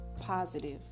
positive